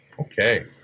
Okay